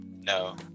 No